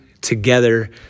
together